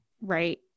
right